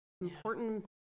important